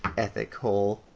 ethic hole.